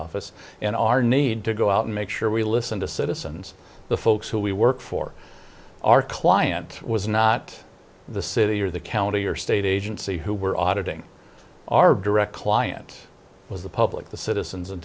office and our need to go out and make sure we listen to citizens the folks who we work for our client was not the city the county or state agency who were auditing our direct client was the public the citizens